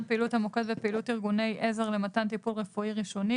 פעילות המוקד ופעילות ארגוני עזר למתן טיפול רואי ראשוני,